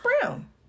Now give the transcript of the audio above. brown